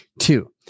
Two